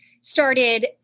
started